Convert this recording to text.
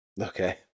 Okay